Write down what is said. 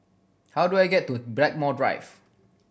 how do I get to Blackmore Drive